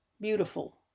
Beautiful